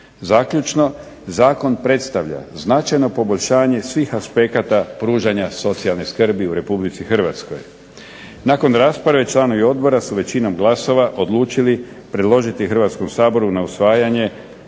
Zaključno. Zakon predstavlja značajno poboljšanje svih aspekata pružanja socijalne skrbi u Republici Hrvatskoj. Nakon rasprave članovi odbora su većinom glasova odlučili predložiti Hrvatskom saboru na usvajanje